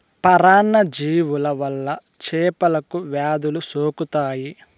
పరాన్న జీవుల వల్ల చేపలకు వ్యాధులు సోకుతాయి